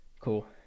Cool